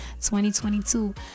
2022